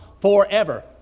Forever